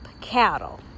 cattle